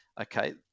okay